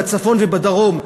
בצפון ובדרום,